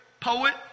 poet